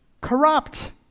corrupt